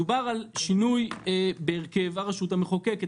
מדובר על שינוי בהרכב הרשות המחוקקת,